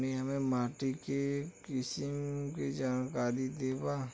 तनि हमें माटी के किसीम के जानकारी देबा?